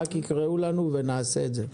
רק יקראו לנו ונעשה את זה.